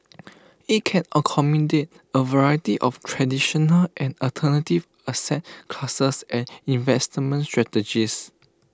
IT can accommodate A variety of traditional and alternative asset classes and investment strategies